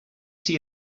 see